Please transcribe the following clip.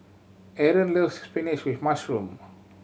Aron loves spinach with mushroom